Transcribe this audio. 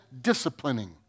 disciplining